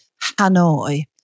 Hanoi